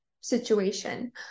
situation